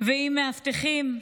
ועם מאבטחים.